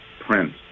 Prince